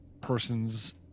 person's